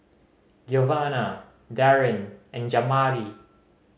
Giovanna Darrin and Jamari